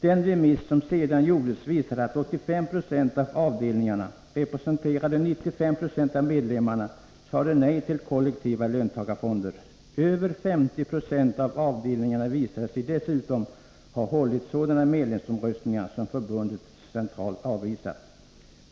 Den remiss som sedan gjordes visade att 85 20 av avdelningarna, representerande 95 2 av medlemmarna, sade nej till kollektiva löntagarfonder. Över 50 96 av avdelningarna visade sig dessutom ha hållit sådana medlemsomröstningar som förbundet centralt avvisat.